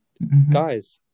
Guys